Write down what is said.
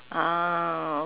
ah